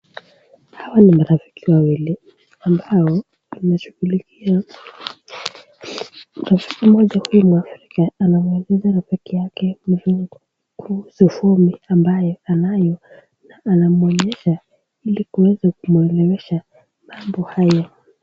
Hawa ni rafiki wawili ambao wanashungulikia, rafiki moja huyu anaonyesha rafiki yake kizungu kuhusu fungu ambaye ,anamuonyesha ili aweze kuelewa mambo hayo.